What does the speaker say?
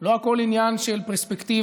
לא הכול עניין של פרספקטיבה,